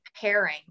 pairing